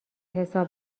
حساب